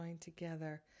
together